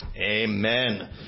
Amen